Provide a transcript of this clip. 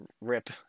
Rip